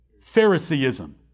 Phariseeism